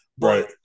Right